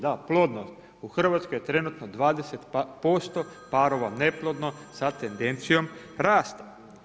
Da, plodnost, u Hrvatskoj je trenutno 20% parova neplodno sa tendencijom rasta.